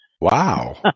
Wow